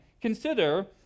consider